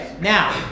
Now